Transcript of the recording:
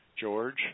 George